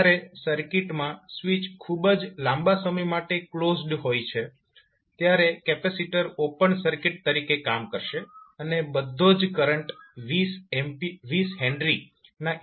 જ્યારે સર્કિટમાં સ્વીચ ખૂબ જ લાંબા સમય માટે ક્લોઝડ હોય છે ત્યારે કેપેસિટર ઓપન સર્કિટ તરીકે કામ કરશે અને બધો જ કરંટ 20 H ના ઇન્ડક્ટર માંથી પસાર થશે